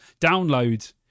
download